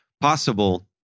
possible